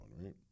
right